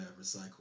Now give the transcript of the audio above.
recycle